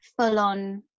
full-on